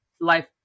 life